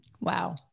Wow